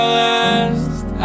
last